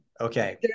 Okay